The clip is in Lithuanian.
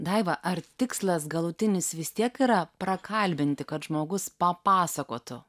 daiva ar tikslas galutinis vis tiek yra prakalbinti kad žmogus papasakotų